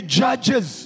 judges